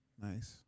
Nice